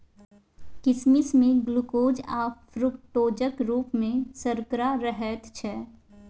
किसमिश मे ग्लुकोज आ फ्रुक्टोजक रुप मे सर्करा रहैत छै